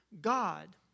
God